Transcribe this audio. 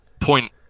point